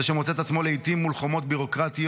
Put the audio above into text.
זה שמוצא את עצמו לעיתים מול חומות ביורוקרטיות,